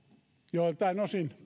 joiltain osin